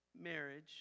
marriage